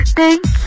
thank